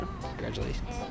Congratulations